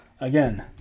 again